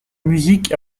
musique